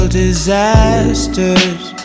disasters